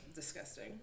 disgusting